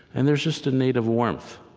and there's just a native warmth.